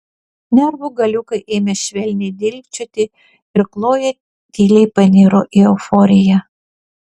nervų galiukai ėmė švelniai dilgčioti ir kloja tyliai paniro į euforiją